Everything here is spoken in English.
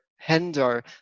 hinder